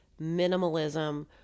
minimalism